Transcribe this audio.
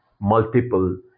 multiple